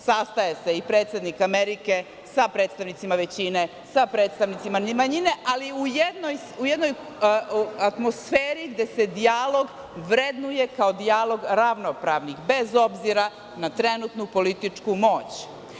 Sastaje se i predsednik Amerike sa predstavnicima većine, sa predstavnicima manjine, ali u jednoj atmosferi gde se dijalog vrednuje kao dijalog ravnopravnih, bez obzira na trenutnu političku moć.